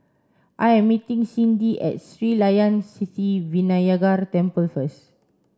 I am meeting Cyndi at Sri Layan Sithi Vinayagar Temple first